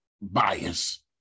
bias